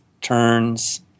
turns